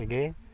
ᱛᱮᱜᱮ